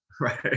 Right